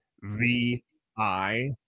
V-I